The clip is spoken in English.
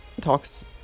talks